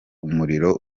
umuriro